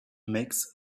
makes